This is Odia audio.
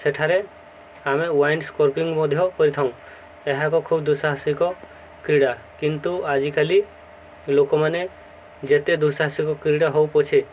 ସେଠାରେ ଆମେ ୱାଇଣ୍ଡ ସ୍କୋର୍ପିଂ ମଧ୍ୟ କରିଥାଉଁ ଏହା ଏକ ଖୁବ ଦୁଃସାହସିକ କ୍ରୀଡ଼ା କିନ୍ତୁ ଆଜିକାଲି ଲୋକମାନେ ଯେତେ ଦୁଃସାହସିକ କ୍ରୀଡ଼ା ହଉ ପଛେ